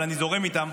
אבל אני זורם איתו,